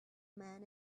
man